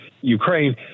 Ukraine